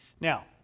Now